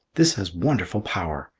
this has wonderful power.